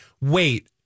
Wait